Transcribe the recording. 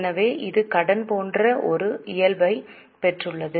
எனவே இது கடன் போன்ற ஒரு இயல்பைப் பெற்றுள்ளது